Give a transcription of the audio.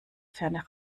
ferne